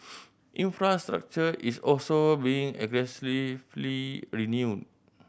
infrastructure is also being renewed